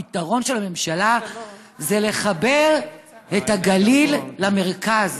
הפתרון של הממשלה זה לחבר את הגליל למרכז,